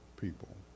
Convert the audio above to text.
people